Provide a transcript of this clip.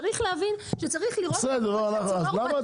צריך להבין שצריך לראות את הצינור פתוח.